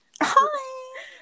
Hi